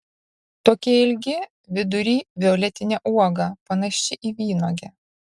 tokie ilgi vidury violetinė uoga panaši į vynuogę